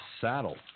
saddle